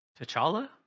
T'Challa